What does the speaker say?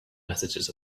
messages